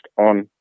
on